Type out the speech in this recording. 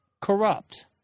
corrupt